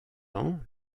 ans